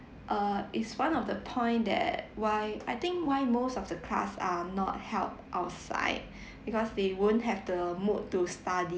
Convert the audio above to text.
uh is one of the point that why I think why most of the class are not held outside because they won't have the mood to study